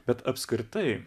bet apskritai